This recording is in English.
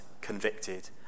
convicted